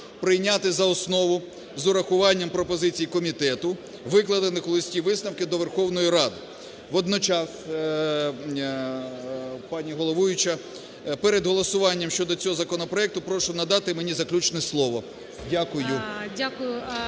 прийняти за основу з урахуванням пропозицій комітету, викладених у листі, висновку до Верховної Ради. Водночас, пані головуюча, перед голосуванням щодо цього законопроекту прошу надати мені заключне слово. Дякую.